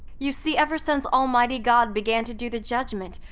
you see, ever since almighty god began to do the judgment,